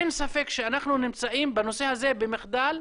אין ספק שאנחנו נמצאים בנושא הזה במחדל.